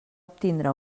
obtindre